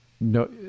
no